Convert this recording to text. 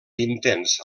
intens